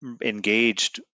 engaged